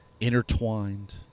intertwined